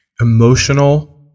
emotional